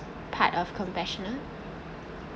part of compassionate